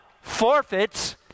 forfeits